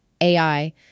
AI